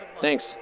Thanks